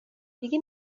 دیگه